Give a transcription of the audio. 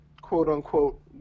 quote-unquote